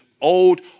old